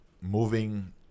moving